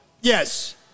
Yes